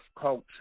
culture